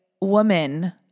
woman